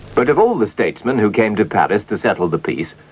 but of all the statesmen who came to paris to settle the peace,